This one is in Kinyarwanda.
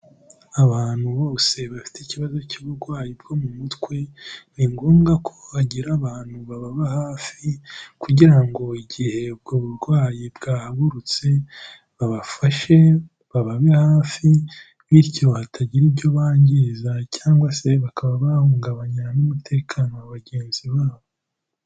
Abantu bose bafite ikibazo cy'uburwayi bwo mu mutwe, ni ngombwa ko hagira abantu bababa hafi kugira ngo igihe ubwo burwayi bwahagurutse babafashe, bababe hafi bityo hatagira ibyo bangiza cyangwa se bakaba bahungabanya n'umutekano wa bagenzi babo.